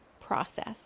process